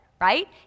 right